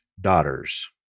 daughters